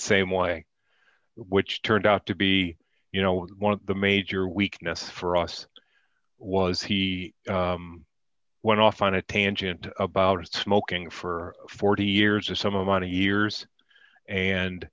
same way which turned out to be you know one of the major weakness for us was he went off on a tangent about smoking for forty years a sum of money years and